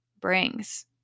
brings